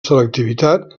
selectivitat